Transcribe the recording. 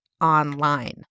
online